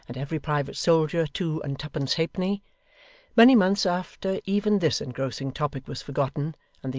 and every private soldier two and twopence halfpenny many months after even this engrossing topic was forgotten,